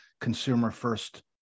consumer-first